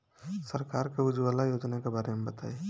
सरकार के उज्जवला योजना के बारे में बताईं?